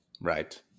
Right